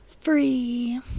free